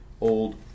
Old